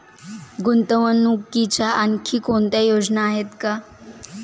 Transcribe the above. गुंतवणुकीच्या आणखी कोणत्या योजना आहेत?